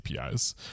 APIs